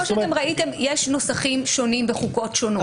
כמו שראיתם, יש נוסחים שונים בחוקות שונות.